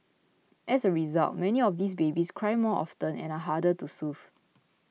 as a result many of these babies cry more often and are harder to soothe